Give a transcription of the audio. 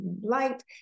light